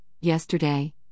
Yesterday